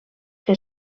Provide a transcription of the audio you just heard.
que